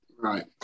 Right